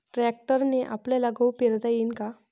ट्रॅक्टरने आपल्याले गहू पेरता येईन का?